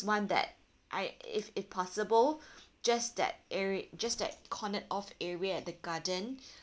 want that I if if possible just that area just that cornered off area at the garden